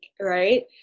right